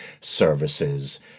services